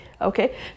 okay